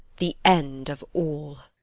the end of all.